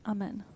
Amen